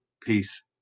peace